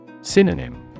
Synonym